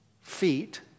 feet